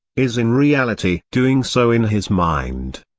is in reality doing so in his mind.